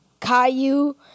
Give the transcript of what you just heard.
Caillou